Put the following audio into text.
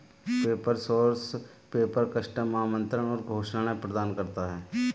paper source paper, custom आमंत्रण और घोषणाएं प्रदान करता है